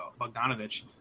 Bogdanovich